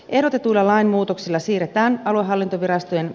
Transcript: erotettuna lainmuutoksella siirretään aluehallintovirastojen